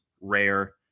rare